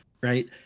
right